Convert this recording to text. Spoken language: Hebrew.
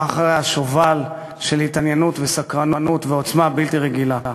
אחריה שובל של התעניינות וסקרנות ועוצמה בלתי רגילה.